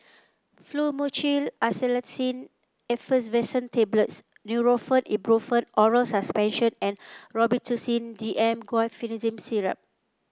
Fluimucil Acetylcysteine Effervescent Tablets Nurofen Ibuprofen Oral Suspension and Robitussin D M Guaiphenesin Syrup